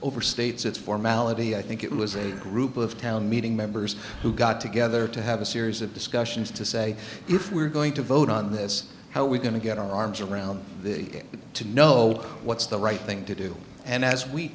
overstates its formality i think it was a group of town meeting members who got together to have a series of discussions to say if we're going to vote on this how we're going to get our arms around the to know what's the right thing to do and as we